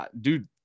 Dude